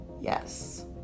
yes